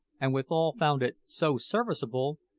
and withal found it so serviceable,